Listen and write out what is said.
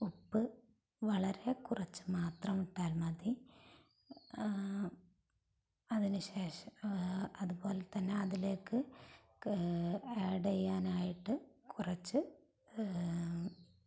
ഉപ്പ് വളരെ കുറച്ച് മാത്രം ഇട്ടാൽ മതി അതിന് ശേഷം അതുപോലെ തന്നെ അതിലേക്ക് ആഡ് ചെയ്യാനായിട്ട് കുറച്ച്